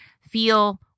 feel